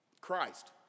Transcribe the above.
Christ